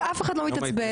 ואף אחד לא מתעצבן.